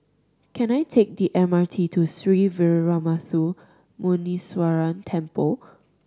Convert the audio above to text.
can I take the M R T to Sree Veeramuthu Muneeswaran Temple